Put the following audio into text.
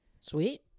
Sweet